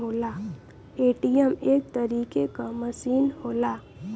ATM एक तरीके क मसीन होला